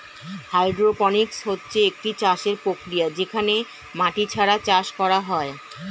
hydroponics হচ্ছে একটি চাষের প্রক্রিয়া যেখানে মাটি ছাড়া চাষ করা হয়